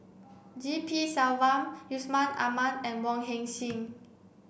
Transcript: G P Selvam Yusman Aman and Wong Heck Sing